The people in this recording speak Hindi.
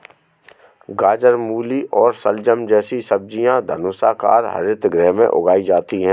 गाजर, मूली और शलजम जैसी सब्जियां धनुषाकार हरित गृह में उगाई जाती हैं